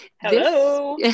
Hello